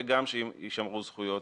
וגם שישמרו זכויות